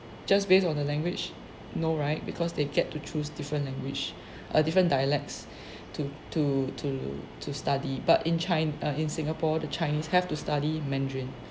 just based on the language no right because they get to choose different language err different dialects to to to to study but in china uh in singapore the chinese have to study mandarin